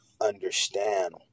understand